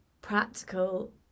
practical